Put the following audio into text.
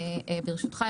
ברשותך,